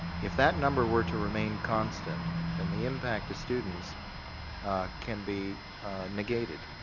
if that number were to remain constant then the impact to students can be negated.